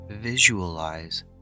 Visualize